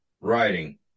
writing